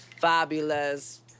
fabulous